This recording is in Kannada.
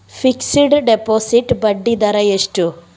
ಫಿಕ್ಸೆಡ್ ಡೆಪೋಸಿಟ್ ಬಡ್ಡಿ ದರ ಎಷ್ಟು?